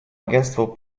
агентству